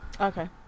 Okay